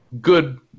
good